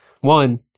one